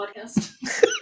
podcast